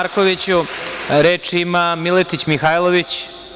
Reč ima Miletić Mihajlović.